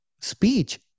speech